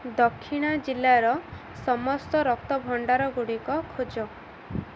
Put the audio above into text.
ଦକ୍ଷିଣା ଜିଲ୍ଲାର ସମସ୍ତ ରକ୍ତଭଣ୍ଡାର ଗୁଡ଼ିକ ଖୋଜ